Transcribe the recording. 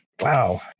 Wow